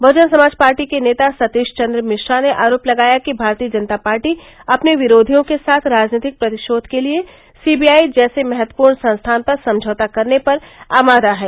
बहुजन Samaj party के नेता सतीश चन्द्र मिश्रा ने आरोप लगाया कि भारतीय जनता पार्टी अपने विरोधियों के साथ राजनीतिक प्रतिशोध के लिए सीवीआई जैसे महत्वपूर्ण संस्थान पर समझौता करने पर आमादा है